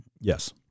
yes